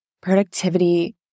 productivity